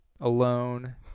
alone